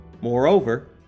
Moreover